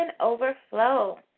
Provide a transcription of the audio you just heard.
overflow